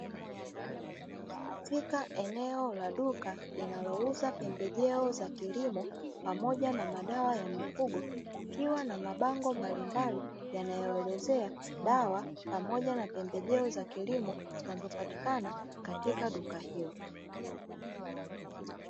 Katika eneo la duka linalo uza pembejeo za kilimo pamoja na madawa ya mifugo, kukiwa na mabango mbalimbali yanayo elezea dawa pamoja na pembejeo za kilimo zinazo patikana katika duka hilo.